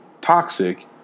toxic